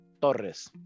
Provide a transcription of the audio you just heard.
Torres